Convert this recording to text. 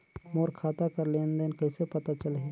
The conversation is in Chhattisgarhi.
मोर खाता कर लेन देन कइसे पता चलही?